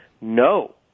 no